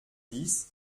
dix